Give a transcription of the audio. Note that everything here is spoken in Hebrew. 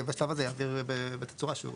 כל גוף, בשלב הזה, יעביר בתצורה שהוא